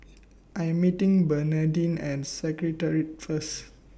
I Am meeting Bernardine At Secretariat First